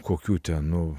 kokių ten nu